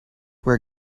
where